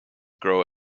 grow